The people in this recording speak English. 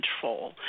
control